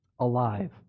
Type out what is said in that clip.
Alive